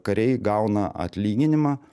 kariai gauna atlyginimą